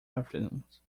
afternoons